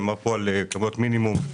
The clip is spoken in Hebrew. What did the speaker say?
רק דובר על כמויות מינימום,